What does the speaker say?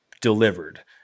delivered